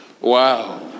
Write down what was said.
wow